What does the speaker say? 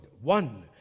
one